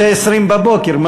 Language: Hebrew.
09:20,